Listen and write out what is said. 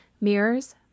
mirrors